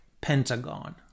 Pentagon